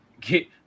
get